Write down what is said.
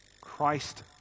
Christ